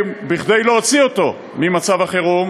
כדי להוציא אותו ממצב החירום,